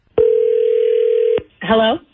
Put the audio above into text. Hello